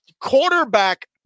Quarterback